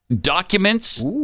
documents